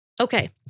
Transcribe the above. Okay